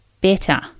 better